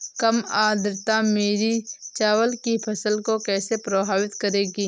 कम आर्द्रता मेरी चावल की फसल को कैसे प्रभावित करेगी?